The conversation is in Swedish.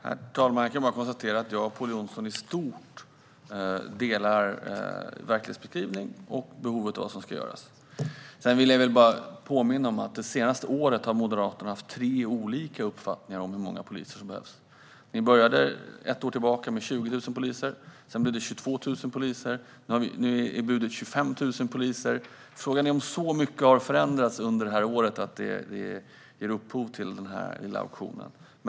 Herr talman! Jag kan konstatera att jag och Pål Jonson i stort delar verklighetsbeskrivning och syn på vad som behöver göras. Jag vill dock påminna om att Moderaterna under det senaste året har haft tre olika uppfattningar om hur många poliser som behövs. Ni började för ett år sedan med 20 000 poliser, sedan blev det 22 000 och nu är budet 25 000 poliser. Frågan är om så mycket har förändrats under detta år att det motiverar den här lilla auktionen.